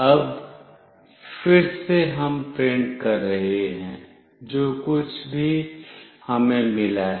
अब फिर से हम प्रिंट कर रहे हैं जो कुछ भी हमें मिला है